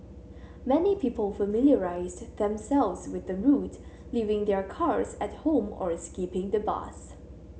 many people familiarised themselves with the route leaving their cars at home or skipping the bus